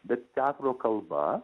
bet teatro kalba